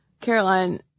Caroline